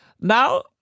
Now